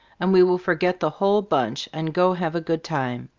and we will forget the whole bunch and go have a good time.